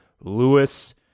Lewis